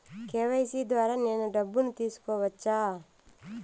KYC ద్వారా నేను డబ్బును తీసుకోవచ్చా?